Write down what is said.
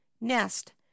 nest